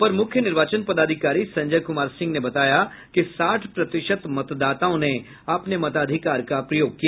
अपर मुख्य निर्वाचन पदाधिकारी संजय कुमार सिंह ने बताया कि साठ प्रतिशत मतदाताओं ने अपने मताधिकार का प्रयोग किया